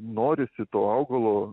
norisi to augalo